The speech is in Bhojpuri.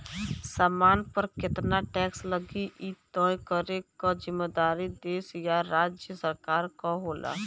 सामान पर केतना टैक्स लगी इ तय करे क जिम्मेदारी देश या राज्य सरकार क होला